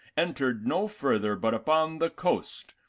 entered no further but upon the coast,